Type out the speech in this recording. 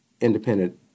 independent